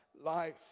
life